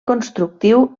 constructiu